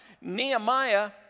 Nehemiah